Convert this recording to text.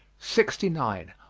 sixty nine.